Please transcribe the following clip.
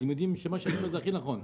הם יודעים שמה ש- - זה הכי נכון.